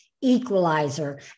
equalizer